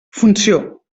funció